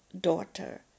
daughter